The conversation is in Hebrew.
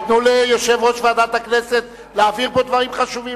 תנו ליושב-ראש ועדת הכנסת להעביר פה דברים חשובים.